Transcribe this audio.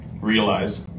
realize